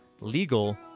legal